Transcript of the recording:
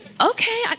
Okay